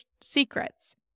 secrets